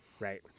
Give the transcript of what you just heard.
Right